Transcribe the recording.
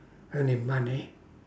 only money